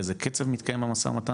באיזה קצב מתקיים המו"מ,